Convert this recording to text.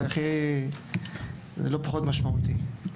זה לא פחות משמעותי.